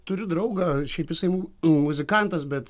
turiu draugą šiaip jisai muzikantas bet